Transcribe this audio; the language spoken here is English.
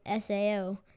SAO